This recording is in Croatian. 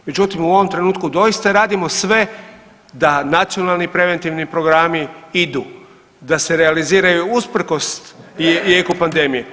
Međutim u ovom trenutku doista radimo sve da nacionalni preventivni programi idu, da se realiziraju usprkos jeku pandemije.